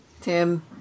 Tim